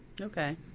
okay